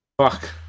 Fuck